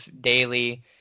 daily